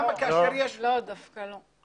ולמה שחובות כאלה --- דווקא לא.